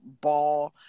ball